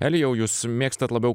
elijau jūs mėgstat labiau